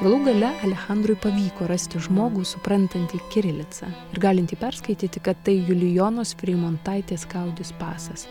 galų gale alechandrui pavyko rasti žmogų suprantantį kirilicą ir galintį perskaityti kad tai julijonos freimontaitės kautis pasas